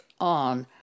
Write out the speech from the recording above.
on